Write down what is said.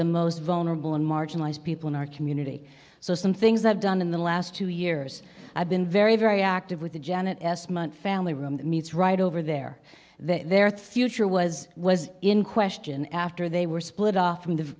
the most vulnerable and marginalised people in our community so some things i've done in the last two years i've been very very active with the janet s month family room meets right over there they're theater was was in question after they were split off from the